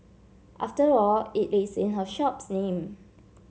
after all it is in her shop's name